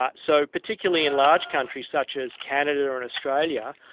ah so particularly in large countries such as canada and australia,